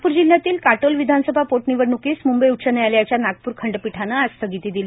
नागपूर जिल्ह्यातील काटोल विधानसभा पोटनिवडणूकीस मुंबई उच्च न्यायालयाच्या नागपूर खंडपीठाने आज स्थगिती दिली